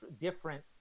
different